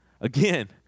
Again